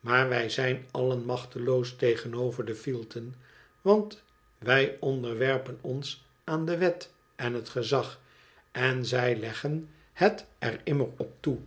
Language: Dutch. maar wij zijn allen machteloos tegenover de fielten want wij onderwerpen ons aan de wet en het gezag en zij leggen het er immer op toe